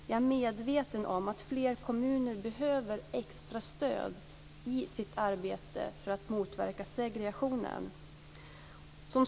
Jag är medveten om att fler kommuner behöver extra stöd i sitt arbete för att motverka segregationen.